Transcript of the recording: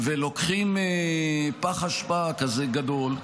ולוקחים פח אשפה כזה גדול,